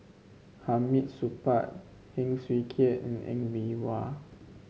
Hamid Supaat Heng Swee Keat and Ng Bee Kia